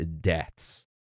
deaths